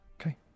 Okay